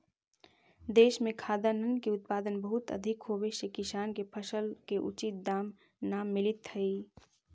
देश में खाद्यान्न के उत्पादन बहुत अधिक होवे से किसान के फसल के उचित दाम न मिलित हइ